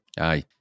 Aye